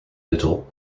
little